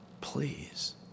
please